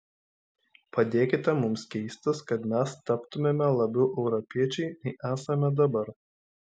padėkite mums keistis kad mes taptumėme labiau europiečiai nei esame dabar